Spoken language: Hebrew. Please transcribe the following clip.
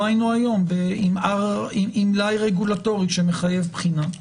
היינו היום עם מלאי רגולטורי שמחייב בחינה,